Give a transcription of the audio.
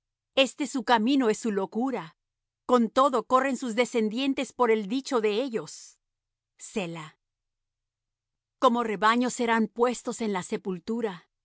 este su camino es su locura con todo corren sus descendientes por el dicho de ellos selah como rebaños serán puestos en la sepultura